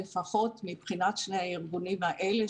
לפחות מבחינת שני הארגונים האלה,